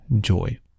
joy